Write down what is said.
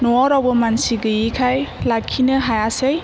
न'आव रावबो मानसि गैयिखाय लाखिनो हायासै